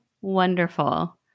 wonderful